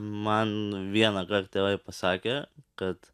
man vienąkart tėvai pasakė kad